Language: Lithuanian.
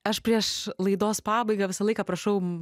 aš prieš laidos pabaigą visą laiką prašau